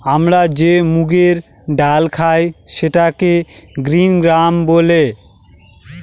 আমরা যে মুগের ডাল খায় সেটাকে গ্রিন গ্রাম বলে